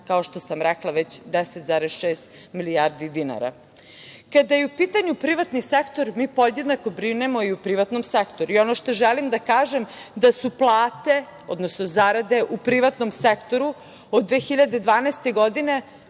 kao što sam rekla, već 10,6 milijardi dinara. Kada je u pitanju privatni sektor, mi podjednako brinemo i o privatnom sektoru. Ono što želim da kažem, da su plate, odnosno zarade u privatnom sektoru od 2012. do